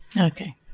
Okay